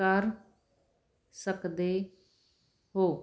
ਕਰ ਸਕਦੇ ਹੋ